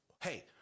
hey